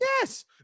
Yes